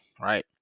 right